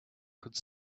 could